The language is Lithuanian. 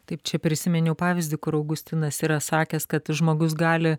taip čia prisiminiau pavyzdį kur augustinas yra sakęs kad žmogus gali